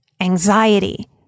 anxiety